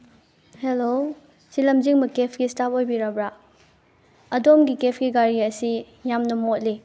hello ꯁꯤ ꯂꯝꯖꯤꯡꯕ ꯀꯦꯕꯀꯤ ꯏꯁꯇꯥꯐ ꯑꯣꯏꯕꯤꯔꯕ꯭ꯔꯥ ꯑꯗꯣꯝꯒꯤ ꯀꯦꯕꯀꯤ ꯒꯥꯔꯤ ꯑꯁꯤ ꯌꯥꯝꯅ ꯃꯣꯠꯂꯤ